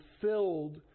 filled